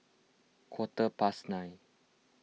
quarter past nine